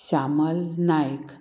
Shyamal Naik